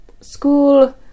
School